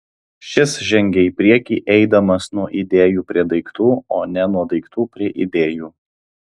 šis žengia į priekį eidamas nuo idėjų prie daiktų o ne nuo daiktų prie idėjų